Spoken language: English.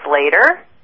later